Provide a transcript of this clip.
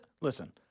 listen